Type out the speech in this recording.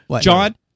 John